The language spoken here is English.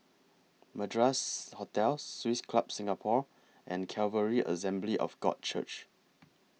Madras Hotel Swiss Club Singapore and Calvary Assembly of God Church